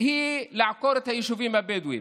היא לעקור את היישובים הבדואיים.